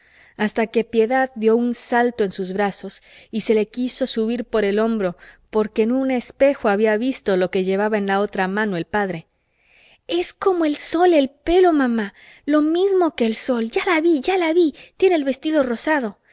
hasta que piedad dio un salto en sus brazos y se le quiso subir por el hombro porque en un espejo había visto lo que llevaba en la otra mano el padre es como el sol el pelo mamá lo mismo que el sol ya la vi ya la vi tiene el vestido rosado